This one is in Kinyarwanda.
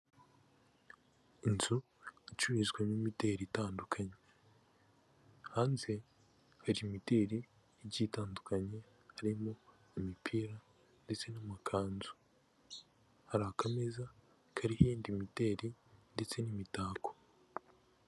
Inzu icururizwamo imideli itandukanye hanze hari imideli igiye itandukanye harimo imipira ndetse n'amakanzu hari akameza kariho iyindi imideli ndetse n'imitako.